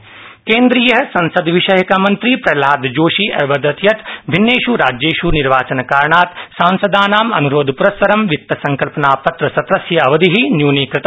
प्रहलादः जोशी केन्द्रीयः संसदविषयकः मन्त्री प्रहलादः जोशी अवदत् यत् भिन्नेष् राज्येष् निर्वाचनकारणात् सांसदानाम् अन्रोधप्रस्सरं वित्तसङ्कल्पनापत्रसत्रस्य अवधिः न्यूनीकृतः